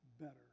better